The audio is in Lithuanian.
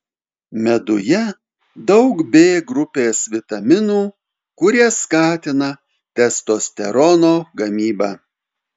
meduje daug b grupės vitaminų kurie skatina testosterono gamybą